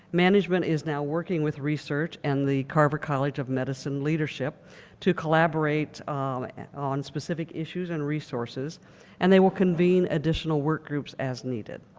management is now working with research and the carver college of medicine leadership to collaborate on specific issues and resources and they will convene additional workgroups is needed.